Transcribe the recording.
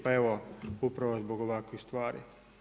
Pa evo, upravo zbog ovakvih stvari.